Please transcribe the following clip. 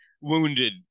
wounded